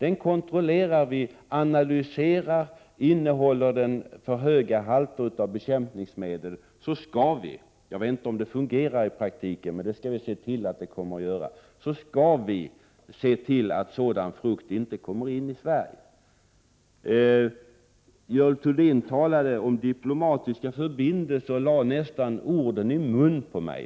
Innehåller frukten för höga halter av bekämpningsmedel, skall vi — jag vet inte om det fungerar i praktiken, men vi skall se till att det kommer att fungera — förhindra att sådan frukt kommer in i Sverige. Görel Thurdin talade om diplomatiska förbindelser. Hon lade nästan orden i munnen på mig.